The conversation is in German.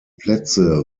plätze